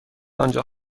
آنجا